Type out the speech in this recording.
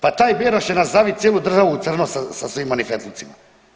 Pa taj Beroš će nam zaviti cijelu državu u crno sa svim manifetlucima.